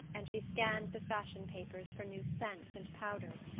and she scanned the fashion-papers for new scents and powders,